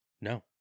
No